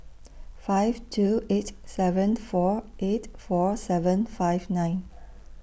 five two eight seven four eight four seven five nine